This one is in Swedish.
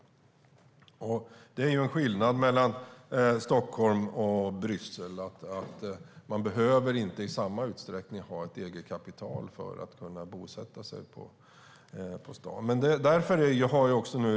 En skillnad mellan Stockholm och Bryssel är att man inte behöver ha ett eget kapital i samma utsträckning för att kunna bosätta sig i Bryssel.